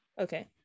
Okay